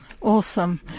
Awesome